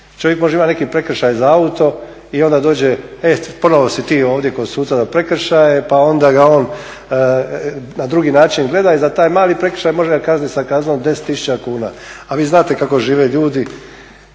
čovjek može imati neki prekršaj za auto i onda dođe ponovo si ti ovdje kod suca za prekršaje pa ga on na drugi način gleda i za taj mali prekršaj ga može kazniti sa kaznom 10 tisuća kuna. A vi znate kako žive ljudi